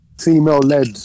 female-led